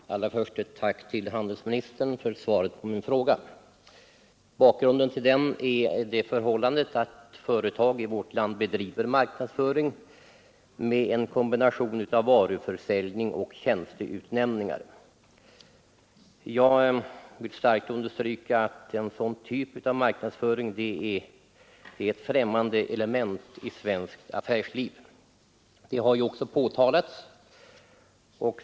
Herr talman! Allra först ett tack till handelsministern för svaret på min fråga. Bakgrunden till frågan är det förhållandet, att företag i vårt land bedriver marknadsföring med en kombination av varuförsäljning och tjänsteutnämningar. Jag vill starkt understryka att denna typ av marknadsföring är ett främmande element i svenskt affärsliv, och det har också påtalats.